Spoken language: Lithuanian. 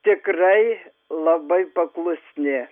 tikrai labai paklusni